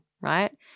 right